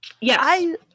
Yes